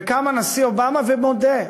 וקם הנשיא אובמה ומודה,